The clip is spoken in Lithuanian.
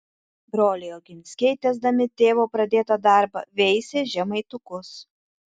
broliai oginskiai tęsdami tėvo pradėtą darbą veisė žemaitukus